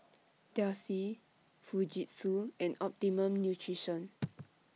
Delsey Fujitsu and Optimum Nutrition